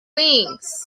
wings